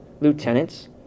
lieutenants